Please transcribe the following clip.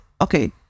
Okay